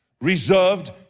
Reserved